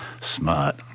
Smart